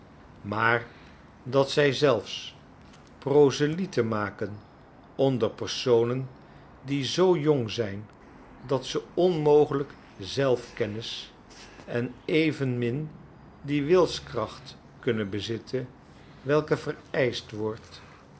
maar dat zij zelfs proselieten maken onder personen die zoo jong zijn dat ze onmogelijk zelfkennis en evenmin die wilskracht kunnen bezitten welke vereischt wordt